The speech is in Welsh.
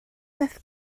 beth